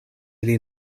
ili